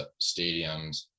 stadiums